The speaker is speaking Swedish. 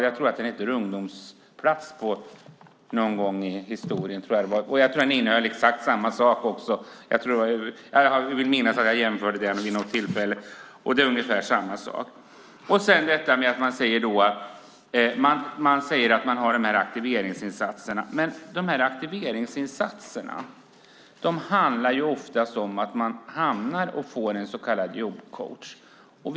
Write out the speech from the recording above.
Jag tror att det hette ungdomsplats någon gång i historien, och jag tror att den också innehöll exakt samma sak. Jag vill minnas att jag jämförde det vid något tillfälle. Det är ungefär samma sak. Man säger att man har dessa aktiveringsinsatser. Men dessa aktiveringsinsatser handlar ofta om att ungdomarna får en så kallad jobbcoach.